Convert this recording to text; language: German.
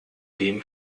dem